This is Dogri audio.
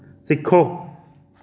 सिक्खो